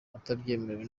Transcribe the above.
atabyemerewe